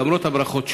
למרות הברכות,